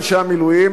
אנשי המילואים,